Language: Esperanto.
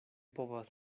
povas